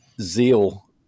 zeal